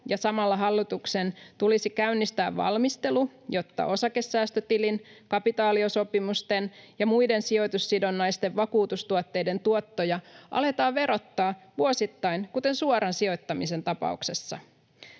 ja samalla hallituksen tulisi käynnistää valmistelu, jotta osakesäästötilin, kapitalisaatiosopimusten ja muiden sijoitussidonnaisten vakuutustuotteiden tuottoja aletaan verottaa vuosittain kuten suoran sijoittamisen tapauksessa.